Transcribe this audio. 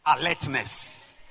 alertness